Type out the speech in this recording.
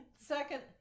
second